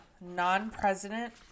non-president